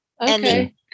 Okay